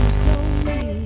slowly